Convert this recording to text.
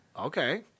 okay